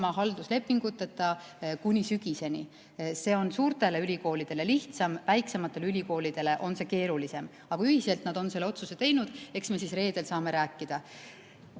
ilma halduslepinguteta kuni sügiseni. See on suurtele ülikoolidele lihtsam, väiksematele ülikoolidele on see keerulisem, aga ühiselt nad on selle otsuse teinud. Eks me reedel saame